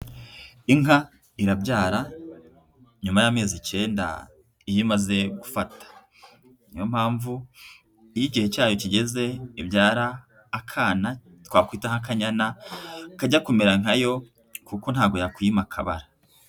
Inka irabyara nyuma y'amezi icyenda iyo imaze gufata. Niyo mpamvu iyo igihe cyayo kigeze ibyara akana twakwita nk'akanyana kajya kumera nka yo kuko ntabwo yakwiyima akabara.